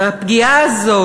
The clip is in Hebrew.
והפגיעה הזו